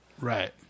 Right